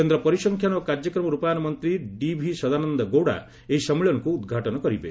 କେନ୍ଦ୍ର ପରିସଂଖ୍ୟାନ ଓ କାର୍ଯ୍ୟକ୍ରମ ରୂପାୟନ ମନ୍ତ୍ରୀ ଡିଭି ସଦାନନ୍ଦ ଗୌଡ଼ା ଏହି ସମ୍ମିଳନୀକୁ ଉଦ୍ଘାଟନ କରିବେ